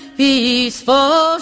peaceful